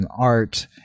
art